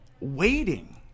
waiting